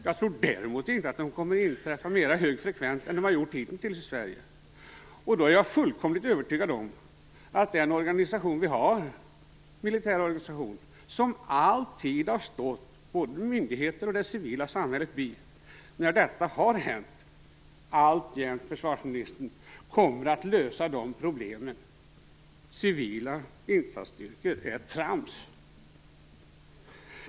Jag tror däremot inte att de kommer att inträffa mera högfrekvent än de har gjort hitintills i Sverige. Jag är fullkomligt övertygad om, försvarsministern, att den militära organisation vi har, som alltid har stått både myndigheter och det civila samhället bi, alltjämt kommer att lösa problemen när någonting händer. Civila insatsstyrkor är trams.